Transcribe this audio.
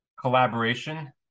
collaboration